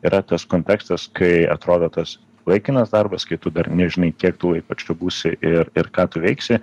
yra tas kontekstas kai atrodo tas laikinas darbas kai tu dar nežinai kiek tu laiko čia būsi ir ir ką tu veiksi